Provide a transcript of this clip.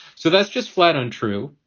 so that's just flat untrue.